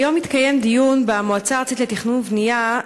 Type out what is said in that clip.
היום התקיים דיון במועצה הארצית לתכנון ובנייה,